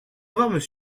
voudrais